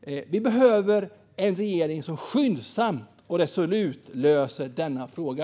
Vi behöver en regering som skyndsamt och resolut löser denna fråga.